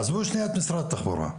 עזבו שנייה את משרד התחבורה,